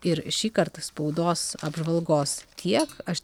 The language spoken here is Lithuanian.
ir šį kartą spaudos apžvalgos tiek aš